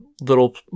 little